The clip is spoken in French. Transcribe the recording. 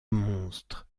monstre